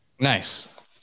nice